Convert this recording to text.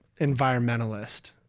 environmentalist